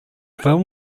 film